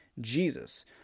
Jesus